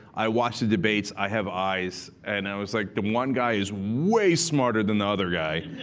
i watched the debates. i have eyes. and i was like, the one guy is way smarter than the other guy.